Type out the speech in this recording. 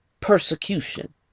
persecution